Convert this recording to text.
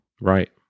Right